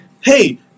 hey